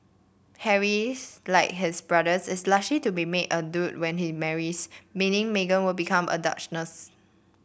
Harry's like his brother is to be made a duke when he marries meaning Meghan would become a duchess